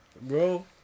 Bro